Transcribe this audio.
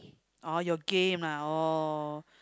oh your game lah oh